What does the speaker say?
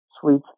sweet